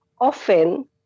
often